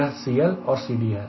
यह CL और CD है